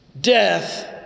Death